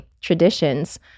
traditions